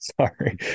Sorry